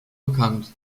bekannt